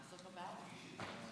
ההצעה להעביר את הנושא